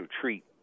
treat